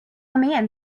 man